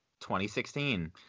2016